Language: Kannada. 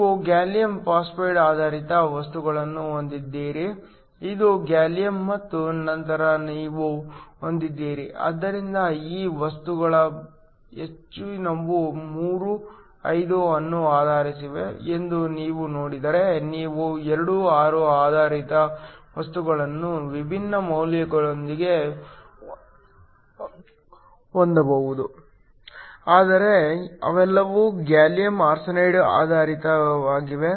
ನೀವು ಗ್ಯಾಲಿಯಂ ಫಾಸ್ಫೈಡ್ ಆಧಾರಿತ ವಸ್ತುಗಳನ್ನು ಹೊಂದಿದ್ದೀರಿ ಇದು ಗ್ಯಾಲಿಯಮ್ ಮತ್ತು ನಂತರ ನೀವು ಹೊಂದಿದ್ದೀರಿ ಆದ್ದರಿಂದ ಈ ವಸ್ತುಗಳ ಹೆಚ್ಚಿನವು 3 5 ಅನ್ನು ಆಧರಿಸಿವೆ ಎಂದು ನೀವು ನೋಡಿದರೆ ನೀವು 2 6 ಆಧಾರಿತ ವಸ್ತುಗಳನ್ನು ವಿಭಿನ್ನ ಮೌಲ್ಯಗಳೊಂದಿಗೆ ಹೊಂದಬಹುದು ಆದರೆ ಅವೆಲ್ಲವೂ ಗ್ಯಾಲಿಯಮ್ ಆರ್ಸೆನೈಡ್ ಆಧಾರಿತವಾಗಿವೆ